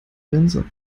grenze